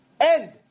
End